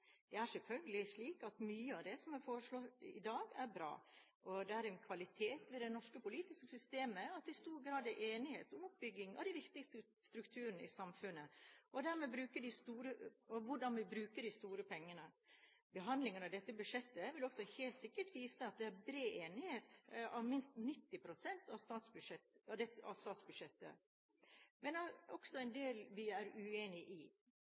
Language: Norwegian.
Det er selvfølgelig slik at mye av det som er foreslått i dag, er bra. Det er en kvalitet ved det norske politiske systemet at vi i stor grad er enige om oppbyggingen av de viktigste strukturene i samfunnet, og dermed hvordan vi bruker de store pengene. Behandlingen av dette budsjettet vil også helt sikkert vise at det er bred enighet om minst 90 pst. av statsbudsjettet, men også en del vi er uenige i.